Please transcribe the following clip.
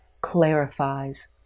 clarifies